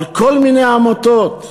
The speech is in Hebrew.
על כל מיני עמותות.